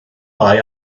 bai